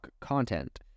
content